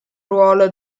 ruolo